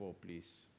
please